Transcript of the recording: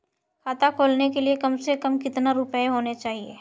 खाता खोलने के लिए कम से कम कितना रूपए होने चाहिए?